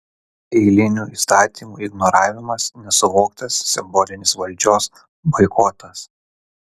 eilinių įstatymų ignoravimas nesuvoktas simbolinis valdžios boikotas